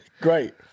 Great